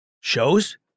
shows